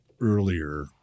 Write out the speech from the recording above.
earlier